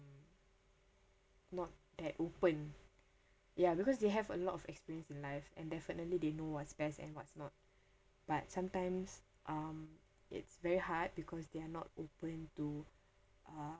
not that open ya because they have a lot of experience in life and definitely they know what's best and what's not but sometimes um it's very hard because they are not open to uh